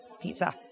pizza